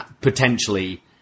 potentially